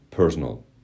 personal